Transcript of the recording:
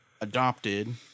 adopted